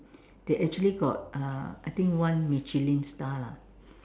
they actually got uh I think one Michelin star lah